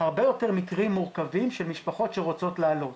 הרבה יותר מקרים מורכבים של משפחות שרוצות לעלות.